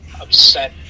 upset